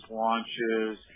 launches